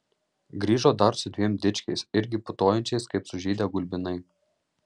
grįžo dar su dviem dičkiais irgi putojančiais kaip sužydę gulbinai